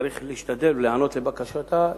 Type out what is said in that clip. צריך להשתדל ולהיענות לבקשתה,